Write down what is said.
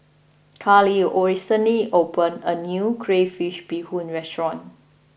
Carly all recently opened a new Crayfish Beehoon Restaurant